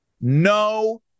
no